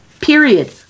period